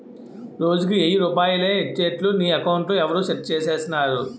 రోజుకి ఎయ్యి రూపాయలే ఒచ్చేట్లు నీ అకౌంట్లో ఎవరూ సెట్ సేసిసేరురా